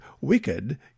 wicked